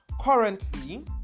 Currently